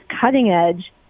cutting-edge